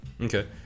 Okay